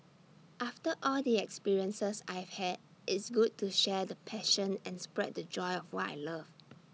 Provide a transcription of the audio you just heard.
after all the experiences I've had it's good to share the passion and spread the joy of what I love